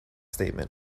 statement